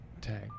Tag